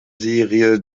serie